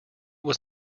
was